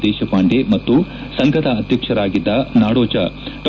ದೇಶಪಾಂಡೆ ಮತ್ತು ಸಂಘದ ಅಧ್ಯಕ್ಷರಾಗಿದ್ದ ನಾಡೋಜ ಡಾ